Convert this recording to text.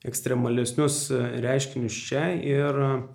ekstremalesnius reiškinius čia ir